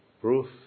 proof